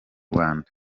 rwanda